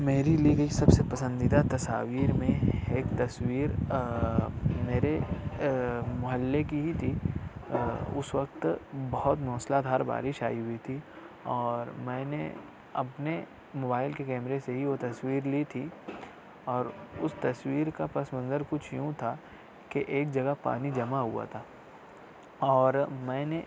میری لی گئی سب سے پسندیدہ تصاویر میں ایک تصویر میرے محلے کی ہی تھی اس وقت بہت موسلادھار بارش آئی ہوئی تھی اور میں نے اپنے موبائل کے کیمرے سے ہی وہ تصویر لی تھی اور اس تصویر کا پس منظر کچھ یوں تھا کہ ایک جگہ پانی جمع ہوا تھا اور میں نے